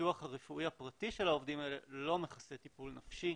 הביטוח הרפואי הפרטי של העובדים האלה לא מכסה טיפול נפשי.